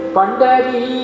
Pandari